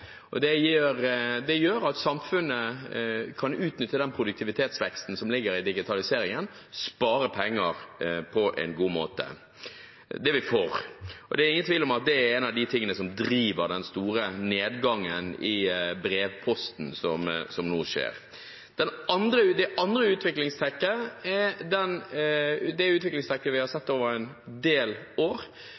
og det gjør at samfunnet kan utnytte den produktivitetsveksten som ligger i digitaliseringen, og spare penger på en god måte. Det er vi for, og det er ingen tvil om at det er en av de tingene som driver den store nedgangen i brevposten som nå skjer. Det andre utviklingstrekket er det vi har sett over en del år,